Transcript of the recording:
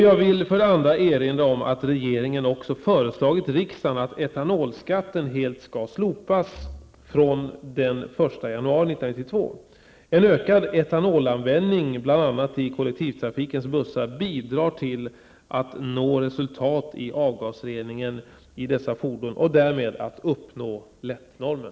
Jag vill för det andra erinra om att regeringen också föreslagit riksdagen att etanolskatten helt skall slopas från den 1 januari 1992. En ökad etanolanvändning, bl.a. i kollektivtrafikens bussar, bidrar till att nå resultat i avgasreningen i dessa fordon och därmed till att uppnå LETT-normen.